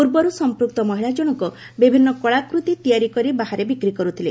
ପୂର୍ବରୁ ସମ୍ପୃକ୍ତ ମହିଳା ଜଣକ ବିଭିନ୍ନ କଳାକୃତି ତିଆରି କରି ବାହାରେ ବିକ୍ରି କରୁଥିଲେ